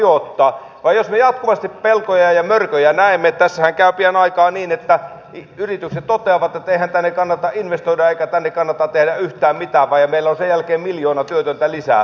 jos me jatkuvasti pelkoja ja mörköjä näemme tässähän käy pian aikaa niin että yritykset toteavat että eihän tänne kannata investoida eikä tänne kannata tehdä yhtään mitään ja meillä on sen jälkeen miljoona työtöntä lisää